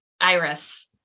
Iris